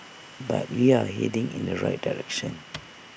but we are heading in the right direction